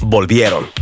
Volvieron